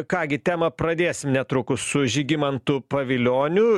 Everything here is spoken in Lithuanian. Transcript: ką gi temą pradėsim netrukus su žygimantu pavilioniu